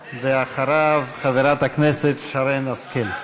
ואחריו, חברת הכנסת שרן השכל.